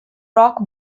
rock